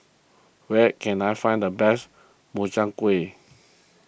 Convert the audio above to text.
where can I find the best Makchang Gui